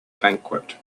banquet